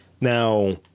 now